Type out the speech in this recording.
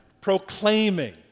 proclaiming